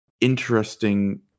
interesting